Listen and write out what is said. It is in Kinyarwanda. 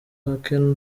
hake